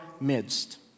midst